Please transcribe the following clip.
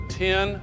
ten